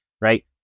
right